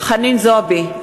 חנין זועבי,